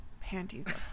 Panties